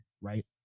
right